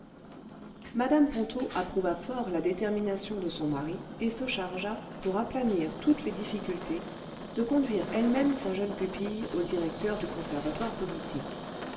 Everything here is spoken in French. mme ponto approuva fort la détermination de son mari et se chargea pour aplanir toutes les difficultés de conduire elle-même sa jeune pupille au directeur du conservatoire politique